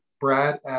brad